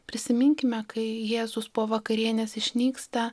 prisiminkime kai jėzus po vakarienės išnyksta